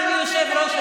אדוני היושב-ראש,